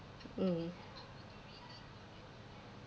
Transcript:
mm